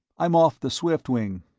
i'm off the swiftwing.